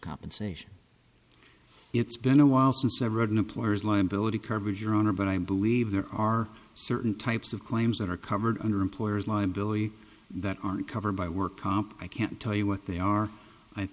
compensation it's been a while since i read an employer's liability coverage your honor but i believe there are certain types of claims that are covered under employer's liability that aren't covered by work comp i can't tell you what they are i